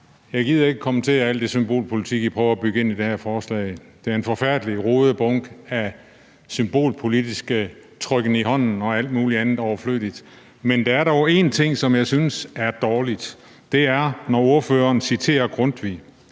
ikke gider at kommentere alt det symbolpolitik, I prøver at bygge ind i det her forslag. Det er en forfærdelig rodebunke af symbolpolitisk trykken i hånden og alt muligt andet overflødigt. Men der er dog en ting, som jeg synes er dårlig, og det er, når ordføreren citerer Grundtvig.